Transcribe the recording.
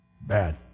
Bad